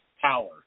power